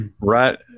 right